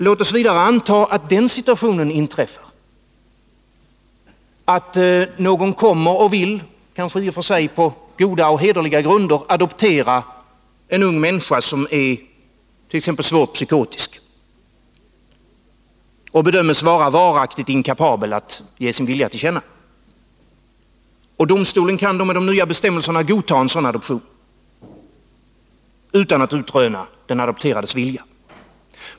Låt oss vidare anta att den situationen inträffar att någon kommer och vill — kanske i och för sig på goda och hederliga grunder — adoptera en ung människa som är t.ex. svårt psykotisk och bedöms vara varaktigt inkapabel att ge sin vilja till känna. Domstolen kan då med de nya bestämmelserna godta en sådan adoption utan att utröna den adopterades vilja.